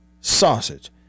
sausage